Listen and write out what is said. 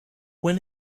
when